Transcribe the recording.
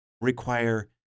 require